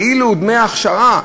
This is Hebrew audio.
כאילו דמי הכשרה,